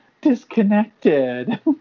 disconnected